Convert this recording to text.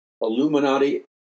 Illuminati